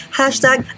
hashtag